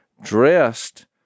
dressed